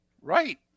Right